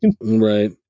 Right